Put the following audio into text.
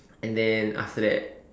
and then after that